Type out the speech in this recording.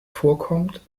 vorkommt